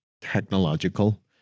technological